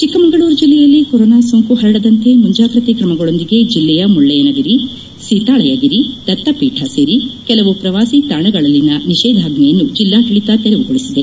ಚಿಕ್ಕಮಗಳೂರು ಜಿಲ್ಲೆಯಲ್ಲಿ ಕೊರೊನಾ ಸೋಂಕು ಹರಡದಂತೆ ಮುಂಜಾಗ್ರತೆ ಕ್ರಮಗಳೊಂದಿಗೆ ಜಿಲ್ಲೆಯ ಮುಳ್ಳಯ್ಯನಗಿರಿ ಸೀತಾಳಯಗಿರಿ ದತ್ತಪೀಠ ಸೇರಿ ಕೆಲವು ಪ್ರವಾಸಿ ತಾಣಗಳಲ್ಲಿನ ನಿಷೇಧಾಜ್ಞೆಯನ್ನು ಜಿಲ್ಲಾಡಳಿತ ತೆರವುಗೊಳಿಸಿದೆ